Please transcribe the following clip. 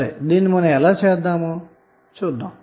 సరే ఇప్పుడు ఎలా చేయాలో చూద్దాము